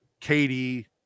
katie